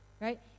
right